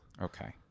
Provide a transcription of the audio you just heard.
Okay